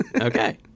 Okay